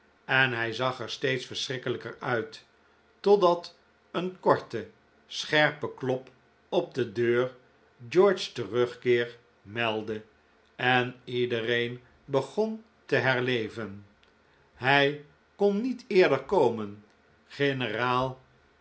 en hij zag er steeds verschrikkelijker uit totdat een korte scherpe klop op de deur george's terugkeer meldde en iedereen begon te herleven hij kon niet eerder komen generaal